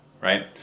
right